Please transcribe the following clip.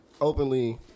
Openly